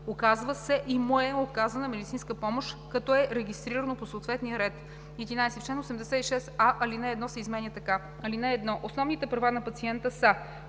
оказва се и му е оказана медицинска помощ, като е регистрирано по съответния ред.“ 11. В чл. 86 ал. 1 се изменя така: „(1) Основните права на пациента са: